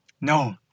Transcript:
No